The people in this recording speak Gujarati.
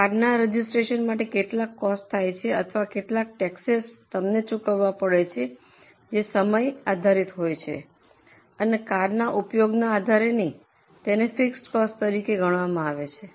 કારના રજિસ્ટ્રેશન માટે કેટલાક કોસ્ટ થાય છે અથવા કેટલાક ટેક્સસ તમને ચૂકવવા પડે છે જે સમય આધારિત હોય છે અને કારના ઉપયોગના આધારે નહીં તેને ફિક્સડ કોસ્ટ તરીકે ગણવામાં આવે છે